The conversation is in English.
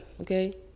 okay